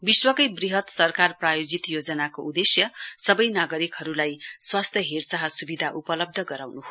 विश्वकै वृहत सरकार प्रायोजित योजनाको उदेश्य सवै नागरिकहरुलाई स्वास्थ्य हेरचाह सुविधा उपलब्ध गराउनु हो